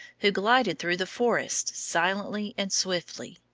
who glided through the forests silently and swiftly.